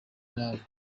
nabi